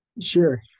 Sure